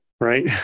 right